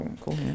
cool